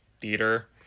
theater